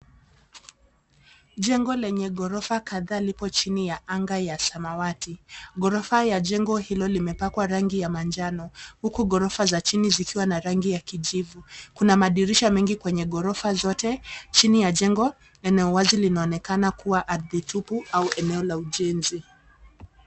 Jengo lenye ghorofa kadhaa lipo chini ya anga ya samawati ghorofa ya jengo hilo limepakwa rangi ya manjano huku ghorofa za chini zikiwa na rangi ya kijivu kuna madirisha mengi ya kwenye ghorofa zote chini ya jengo eneo wazi linaloonekana kuwa ardhi tupu au eneo la ujenzi.